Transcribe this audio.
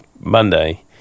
Monday